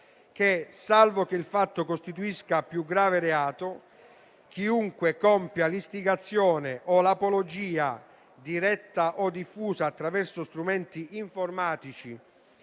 che, salvo che il fatto costituisca più grave reato, chiunque compia l'istigazione o l'apologia diretta o diffusa attraverso strumenti informatici